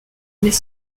mais